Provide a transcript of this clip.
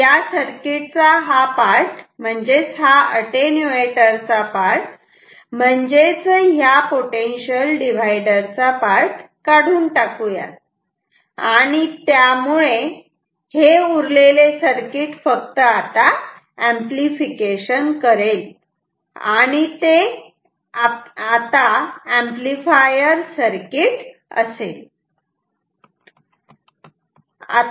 आपण या सर्किट चा हा पार्ट म्हणजे अटेन्यूएटर चा पार्ट म्हणजे पोटेन्शियल डिव्हाइडर चा पार्ट काढून टाकूया आणि त्यामुळे हे उरलेले सर्किट फक्त अंपलिफिकेशन करेल आणि ते एम्पलीफायर सर्किट असेल